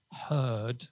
heard